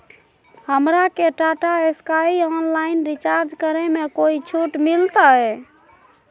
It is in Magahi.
हमरा के टाटा स्काई ऑनलाइन रिचार्ज करे में कोई छूट मिलतई